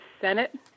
Senate